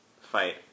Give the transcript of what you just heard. fight